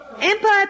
Empire